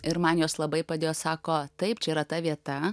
ir man jos labai padėjo sako taip čia yra ta vieta